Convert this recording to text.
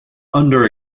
under